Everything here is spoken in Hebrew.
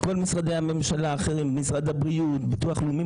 כל משרדי הממשלה האחרים כמו משרד הבריאות וביטוח לאומי,